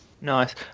nice